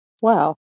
Wow